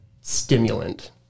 stimulant